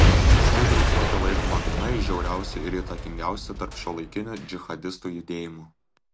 ši grupuotė laikoma viena iš žiauriausių ir įtakingiausių tarp šiuolaikinių džihadistų judėjimų